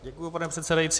Děkuju, pane předsedající.